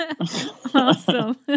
Awesome